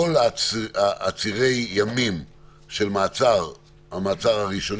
כל עצירי ימים של המעצר הראשוני.